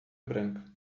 branca